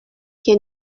can